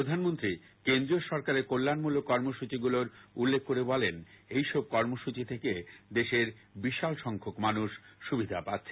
প্রধানমন্ত্রী কেন্দ্রীয় সরকারের কল্যাণমূলক কর্মসূচিগুলোর উল্লেখ করে বলেন এই সব কর্মসূচি থেকে দেশের বিশাল সংখ্যক মানুষ সুবিধা পাচ্ছেন